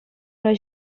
ура